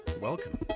Welcome